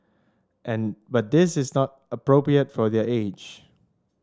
and but this is not appropriate for their age